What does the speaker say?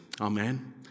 Amen